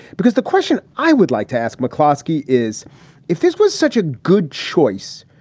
because the question i would like to ask mcclosky is if this was such a good choice.